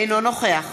אינו נוכח